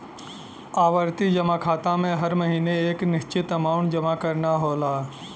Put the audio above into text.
आवर्ती जमा खाता में हर महीने एक निश्चित अमांउट जमा करना होला